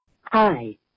Hi